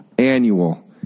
annual